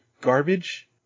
garbage